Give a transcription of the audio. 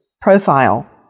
profile